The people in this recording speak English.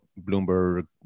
Bloomberg